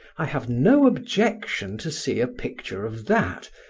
i have no objection to see a picture of that,